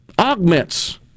augments